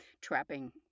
trapping